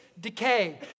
decay